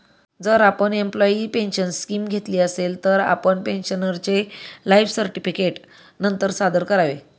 जर आपण employee pension scheme घेतली असेल, तर आपण पेन्शनरचे लाइफ सर्टिफिकेट नंतर सादर करावे